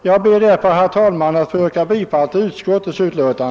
Herr talman! Jag ber att få yrka bifall till utskottets hemställan.